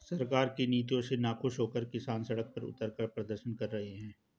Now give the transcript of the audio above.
सरकार की नीतियों से नाखुश होकर किसान सड़क पर उतरकर प्रदर्शन कर रहे हैं